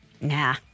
Nah